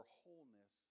wholeness